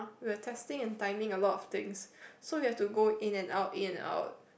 we're testing and timing a lot of things so we have to go in and out in and out